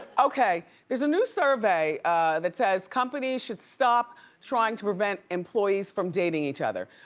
okay there's a new survey that says, companies should stop trying to prevent employees from dating each other.